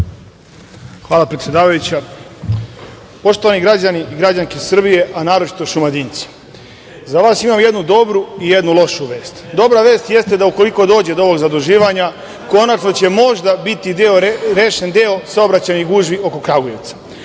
Hvala, predsedavajuća. Poštovani građani i građanke Srbije, a naročito Šumadinci, za vas imam jednu dobru i jednu lošu vest. Dobra vest jeste da ukoliko dođe do ovog zaduživanja, konačno će možda biti rešen deo saobraćajnih gužvi oko Kragujevca. Ono